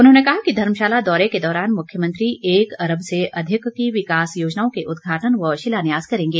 उन्होंने कहा कि धर्मशाला दौरे के दौरान मुख्यमंत्री एक अरब से अधिक की विकास योजनाओं के उदघाटन व शिलान्यास करेंगे